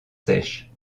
sèches